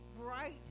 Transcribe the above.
bright